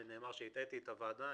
נאמר שהטעיתי את הוועדה.